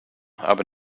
aber